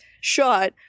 shot